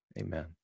Amen